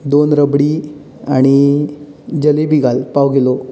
दोन रबडी आनी जलेबी घाल पांव किलो